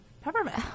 peppermint